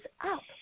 up